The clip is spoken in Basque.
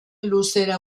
luzera